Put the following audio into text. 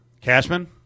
Cashman